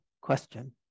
question